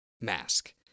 mask